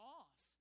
off